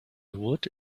would